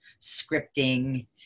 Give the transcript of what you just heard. scripting